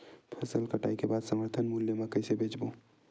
फसल कटाई के बाद समर्थन मूल्य मा कइसे बेचबो?